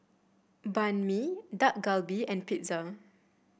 Banh Mi Dak Galbi and Pizza